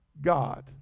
God